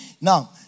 Now